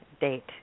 Date